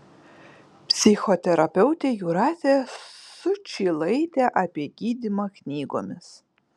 psichoterapeutė jūratė sučylaitė apie gydymą knygomis